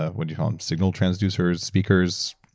what do you call them? signal transducers, speakers?